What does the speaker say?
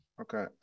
Okay